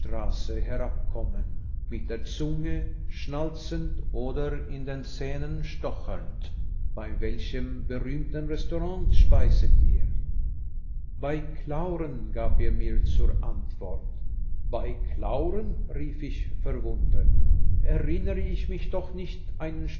herabkommen mit der zunge schnalzend oder in den zähnen stochernd bei welchem berühmten restaurant speiset ihr bei clauren gab er mir zur antwort bei clauren rief ich verwundert erinnere ich mich doch nicht